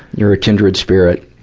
you're a kindred spirit.